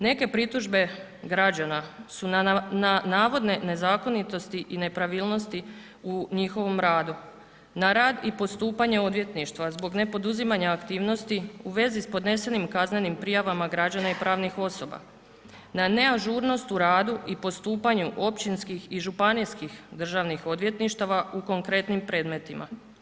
Neke pritužbe građana su na navode nezakonitosti i nepravilnosti u njihovom radu, na rad i postupanje odvjetništva zbog nepoduzimanja aktivnosti u vezi s podnesenim kaznenim prijavama građana i pravnih osoba, na neažurnost u radu i postupanjem općinskih i županijskih državnih odvjetništava u konkretnim predmetima.